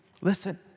listen